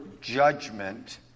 judgment